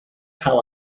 how